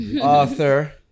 Author